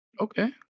Okay